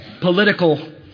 political